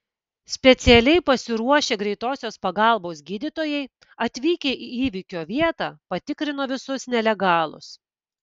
specialiai pasiruošę greitosios pagalbos gydytojai atvykę į įvykio vietą patikrino visus nelegalus